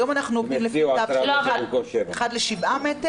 היום אנחנו עובדים לפי תו של אחד לשבעה מ',